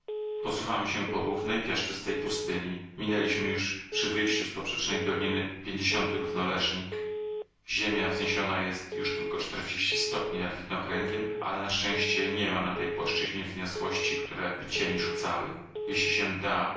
posuwamy się po równej piaszczystej pustyni minęliśmy już przy wyjściu z poprzecznej doliny pięćdziesiąt równoleżnik ziemia wzniesiona jest już tylko czterdzieści stopni nad widnokręgiem ale na szczęście niema na tej płaszczyźnie wyniosłości któreby cień rzucały jeśli się da